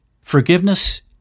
Forgiveness